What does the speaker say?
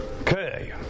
Okay